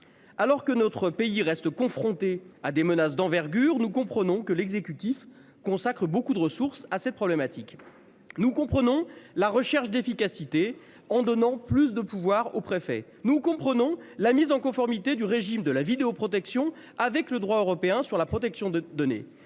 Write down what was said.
Alors que notre pays reste confronté à des menaces d'envergure. Nous comprenons que l'exécutif consacrent beaucoup de ressources à cette problématique. Nous comprenons la recherche d'efficacité, en donnant plus de pouvoirs aux préfets nous comprenons la mise en conformité du régime de la vidéoprotection avec le droit européen sur la protection de données.